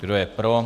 Kdo je pro?